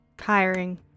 Hiring